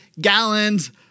gallons